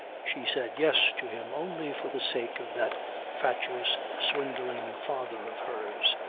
she said yes to him only for the sake of that fatuous, swindling father of hers.